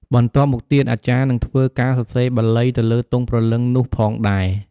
បន្ទាប់មកទៀត អាចារ្យនឹងធ្វើការសរសេរបាលីទៅលើទង់ព្រលឺងនោះផងដែរ។